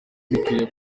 bikwiye